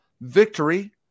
victory